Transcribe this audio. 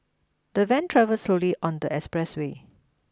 the van travelled slowly on the expressway